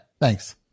Thanks